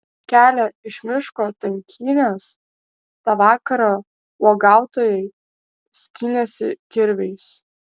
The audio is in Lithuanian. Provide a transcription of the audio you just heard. kelią iš miško tankynės tą vakarą uogautojai skynėsi kirviais